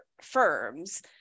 firms